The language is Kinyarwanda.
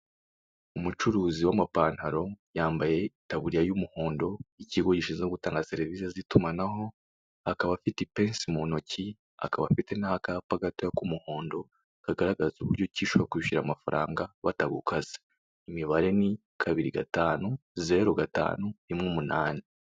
Umucuruzi w'amapantaro yambaye itaburiya y'umuhondo y'ikigo gishinzwe gutanga serivise z'itumanago, akaba afite ipensi mu ntoki akaba afite n'akapa gatoya k'umugondo kagaragaza uburyo ki ushobora kwishyura amafaranga batagukase, imibare ni kabiri gatanu zeru gatanu rimwe umunani.